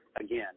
again